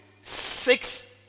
six